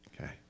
Okay